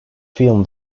film